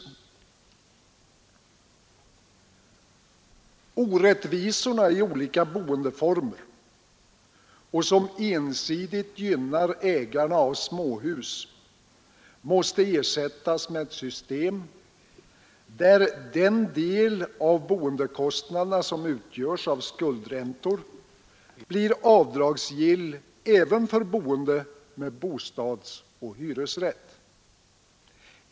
De orättvisor som finns mellan olika boendeformer — och som ensidigt gynnar ägarna av småhus — måste ersättas med ett system där den del av boendekostnaderna som utgörs av skuldräntor blir avdragsgill även för boende med bostadsoch hyresrätt.